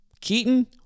Keaton